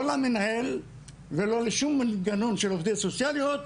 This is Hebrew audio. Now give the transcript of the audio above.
לא למנהל ולא לשום מנגנון של עובדות סוציאליות,